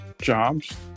jobs